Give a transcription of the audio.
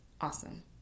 awesome